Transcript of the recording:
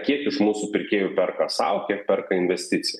kiek iš mūsų pirkėjų perka sau kiek perka investicijai